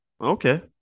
Okay